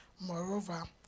moreover